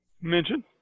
Mention